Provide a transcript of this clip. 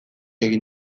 egin